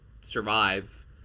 survive